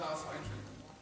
שאר הספרים שלי.